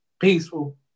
peaceful